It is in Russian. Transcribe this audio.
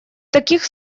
таких